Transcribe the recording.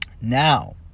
Now